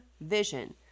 vision